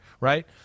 right